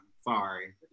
sorry